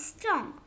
strong